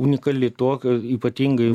unikali tuo kad ypatingai